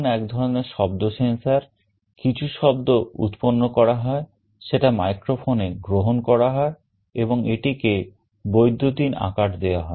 Microphone এক ধরনের শব্দ sensor কিছু শব্দ উৎপন্ন করা হয় সেটা microphone এ গ্রহণ করা হয় এবং এটিকে বৈদ্যুতিন আকার দেওয়া হয়